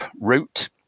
route